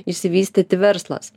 išsivystyti verslas